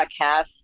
podcast